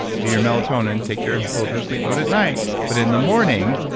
do your melatonin, take your. pull up your sleep mode at night, but in the morning,